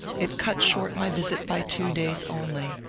it cut short my visit by two days only,